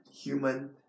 human